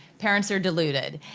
parents are deluded.